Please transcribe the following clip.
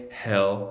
hell